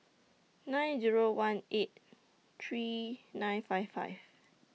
nine Zero one eight three nine five five